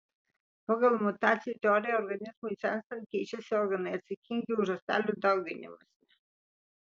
pagal mutacijų teoriją organizmui senstant keičiasi organai atsakingi už ląstelių dauginimąsi